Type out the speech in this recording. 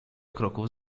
kroków